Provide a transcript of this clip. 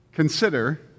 Consider